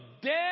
dead